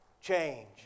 change